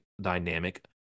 dynamic